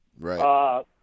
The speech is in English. Right